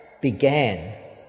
began